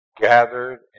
gathered